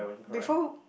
before